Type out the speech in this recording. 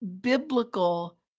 biblical